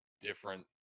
different